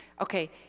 Okay